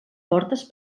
portes